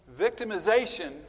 victimization